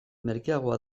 merkeagoa